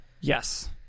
yes